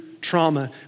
trauma